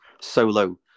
solo